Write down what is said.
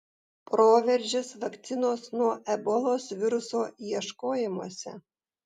proveržis vakcinos nuo ebolos viruso ieškojimuose